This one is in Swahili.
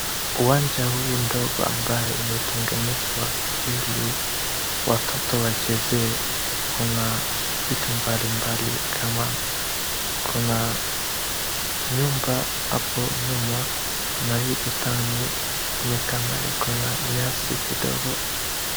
Uwanja huu ndogo ambaye umetengenezwa ili watoto wachezee. Kuna vitu mbalimbali kama kuna nyumba hapo nyuma na hii bustani ni kama ikona nyasi kidogo.